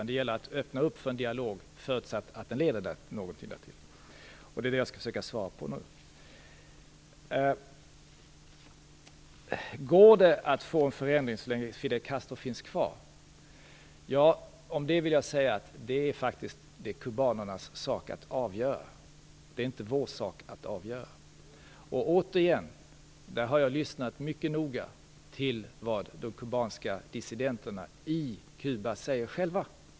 Det gäller att öppna för en dialog, förutsatt att den leder till något. Det är det jag skall försöka svara på nu. Går det att få en förändring så länge Fidel Castro finns kvar? Om det vill jag säga att det faktiskt är kubanernas sak att avgöra. Det är inte vår sak att avgöra. Återigen vill jag säga att jag har lyssnat mycket noga till vad de kubanska dissidenterna i Kuba säger själva.